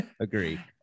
agree